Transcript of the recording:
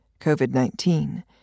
COVID-19